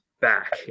back